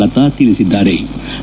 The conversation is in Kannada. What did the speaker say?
ಲತಾ ತಿಳಿಸಿದ್ಗಾರೆ